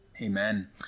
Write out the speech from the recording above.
amen